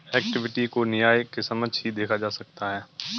equity को न्याय के समक्ष ही देखा जा सकता है